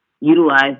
utilize